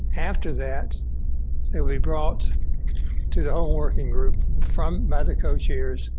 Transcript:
after that then we brought to the whole working group from by the co-chairs,